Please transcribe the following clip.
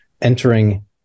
entering